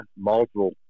multiple